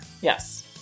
Yes